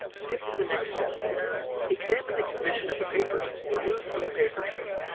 skip to the next step examine the condition of the paper you removed from the paper tray.